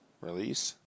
Release